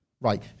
right